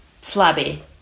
flabby